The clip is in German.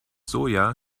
soja